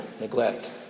neglect